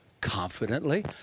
confidently